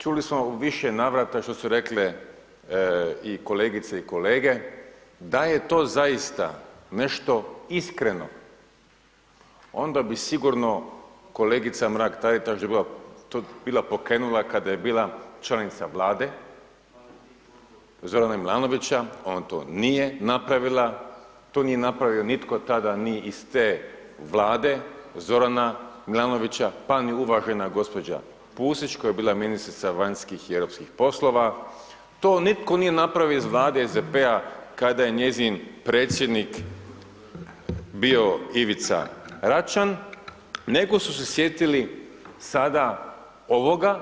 Čuli smo u više navrata, što su rekle i kolegice i kolege, da je to zaista nešto iskreno, onda bi sigurno kolegica Mrak Taritaš bila pokrenula kada je bila članica Vlade Zorana Milanovića, ona to nije napravila, to nije napravio nitko tada ni iz te Vlade Zorana Milanovića, pa ni uvažena gđa. Pusić koja je bila Ministrica vanjskih i europskih poslova, to nitko nije napravio iz Vlade SDP-a kad je njezin predsjednik bio Ivica Račan, nego su se sjetili sada ovoga.